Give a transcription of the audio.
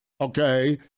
Okay